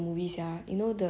the one where